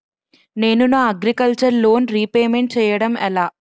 నేను నా agriculture loan repayment చేయడం ఎలా?